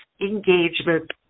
engagement